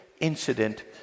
incident